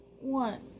one